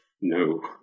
No